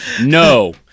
No